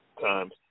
times